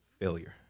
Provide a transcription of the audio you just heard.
failure